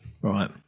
Right